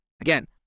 again